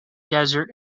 desert